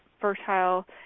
fertile